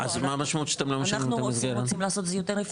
אז מה המשמעות שאתם לא משנים את המסגרת.